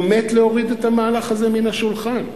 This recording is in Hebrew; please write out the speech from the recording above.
הוא מת להוריד את המהלך הזה מן השולחן.